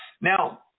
Now